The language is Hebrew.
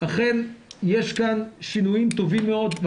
אכן יש כאן שינויים טובים מאוד.